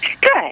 Good